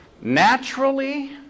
Naturally